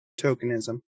tokenism